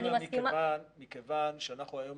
אנחנו מדברים היום